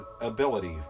ability